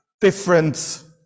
different